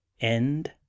end